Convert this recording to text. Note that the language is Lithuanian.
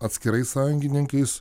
atskirais sąjungininkais